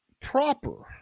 proper